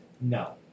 no